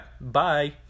bye